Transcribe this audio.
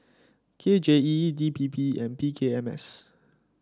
K J E D P P and P K M S